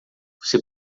você